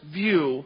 view